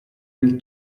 nel